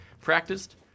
practiced